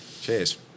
Cheers